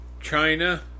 China